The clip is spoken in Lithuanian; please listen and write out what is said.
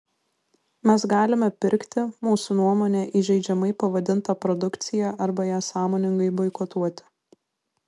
mes galime pirkti mūsų nuomone įžeidžiamai pavadintą produkciją arba ją sąmoningai boikotuoti